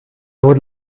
would